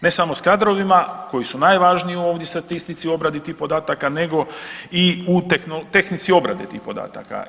Ne samo sa kadrovima koji su najvažniji ovdje u statistici u obradi tih podataka, nego i u tehnici obrade tih podataka.